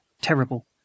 terrible